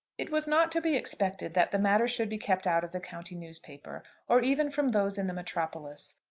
it was not to be expected that the matter should be kept out of the county newspaper, or even from those in the metropolis.